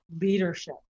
leadership